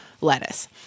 lettuce